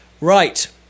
right